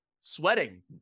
sweating